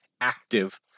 active